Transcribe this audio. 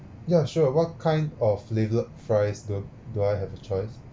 ya sure what kind of flavoured fries do do I have a choice